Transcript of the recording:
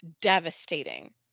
devastating